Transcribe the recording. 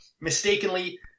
mistakenly